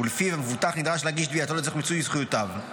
ולפיו המבוטח נדרש להגיש תביעתו לצורך מיצוי זכויותיו,